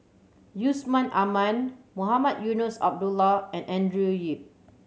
Yusman Aman Mohamed Eunos Abdullah and Andrew Yip